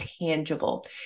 tangible